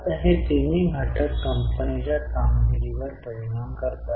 आता हे तिन्ही घटक कंपनीच्या कामगिरीवर परिणाम करतात